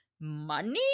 money